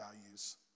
values